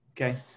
Okay